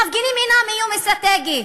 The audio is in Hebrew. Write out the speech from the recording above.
המפגינים אינם איום אסטרטגי.